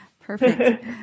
Perfect